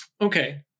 Okay